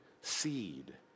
seed